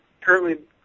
Currently